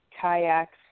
kayaks